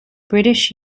british